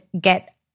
get